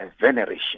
veneration